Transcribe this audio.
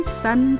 sun